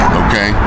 okay